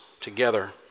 together